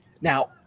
Now